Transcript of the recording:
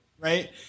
Right